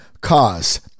Cause